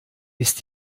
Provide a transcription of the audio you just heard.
ist